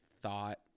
thought